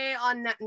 on